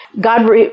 God